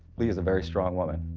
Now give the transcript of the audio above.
leah's a very strong woman.